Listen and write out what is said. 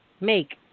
make